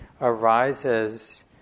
arises